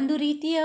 ಒಂದು ರೀತಿಯ